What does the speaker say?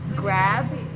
grab